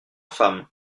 femmes